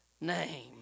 name